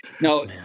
no